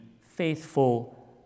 faithful